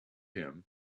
him